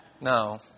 No